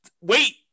Wait